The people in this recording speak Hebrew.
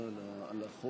לפיכך אני קובע